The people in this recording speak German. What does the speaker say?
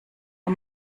der